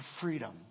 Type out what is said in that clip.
freedom